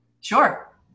Sure